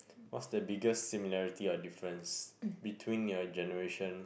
what's the biggest similarity or difference between your generation